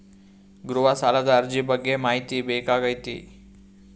ಗೃಹ ಸಾಲದ ಅರ್ಜಿ ಬಗ್ಗೆ ಮಾಹಿತಿ ಬೇಕಾಗೈತಿ?